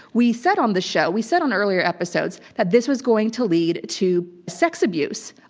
we said on the show, we said on earlier episodes, that this was going to lead to sex abuse.